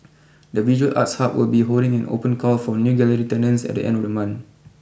the visual arts hub will be holding an open call for new gallery tenants at the end of the month